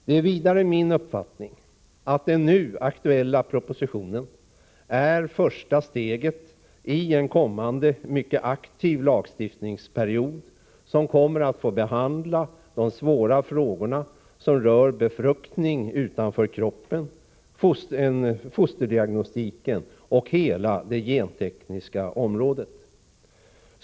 Det är vidare min uppfattning att den nu aktuella propositionen är första steget i en kommande mycket aktiv lagstiftningsperiod, när de svåra frågorna som rör befruktning utanför kroppen, fosterdiagnostik och hela det gentekniska området skall behandlas.